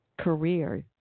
career